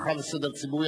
אבטחה וסדר ציבורי),